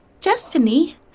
destiny